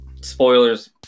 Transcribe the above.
spoilers